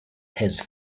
his